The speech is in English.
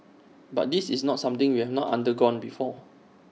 but this is not something we have not undergone before